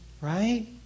Right